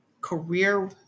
career